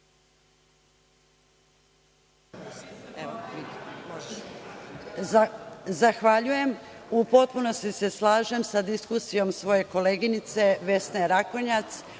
Zahvaljujem.U potpunosti se slažem sa diskusijom svoje koleginice Vesne Rakonjac,